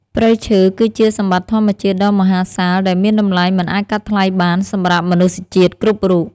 ព្រៃឈើ គឺជាសម្បត្តិធម្មជាតិដ៏មហាសាលដែលមានតម្លៃមិនអាចកាត់ថ្លៃបានសម្រាប់មនុស្សជាតិគ្រប់រូប។